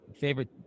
favorite